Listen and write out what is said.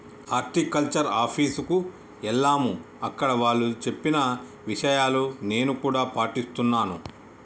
horticulture office కు ఎల్లాము అక్కడ వాళ్ళు చెప్పిన విషయాలు నేను కూడా పాటిస్తున్నాను